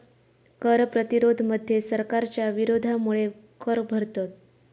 कर प्रतिरोध मध्ये सरकारच्या विरोधामुळे कर भरतत